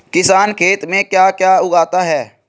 किसान खेत में क्या क्या उगाता है?